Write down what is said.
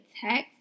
text